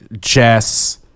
Jess